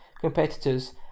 competitors